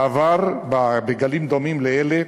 בעבר, בגלים דומים לאלה,